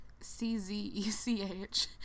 C-Z-E-C-H